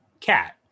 cat